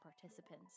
participants